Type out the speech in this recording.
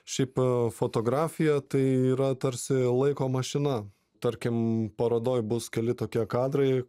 šiaip fotografija tai yra tarsi laiko mašina tarkim parodoj bus keli tokie kadrai